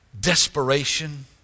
desperation